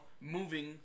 moving